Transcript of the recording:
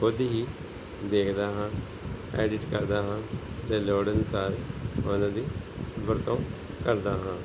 ਖੁਦ ਹੀ ਦੇਖਦਾ ਹਾਂ ਐਡਿਟ ਕਰਦਾ ਹਾਂ ਅਤੇ ਲੋੜ ਅਨੁਸਾਰ ਉਹਨਾਂ ਦੀ ਵਰਤੋਂ ਕਰਦਾ ਹਾਂ